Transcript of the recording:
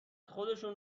خودشون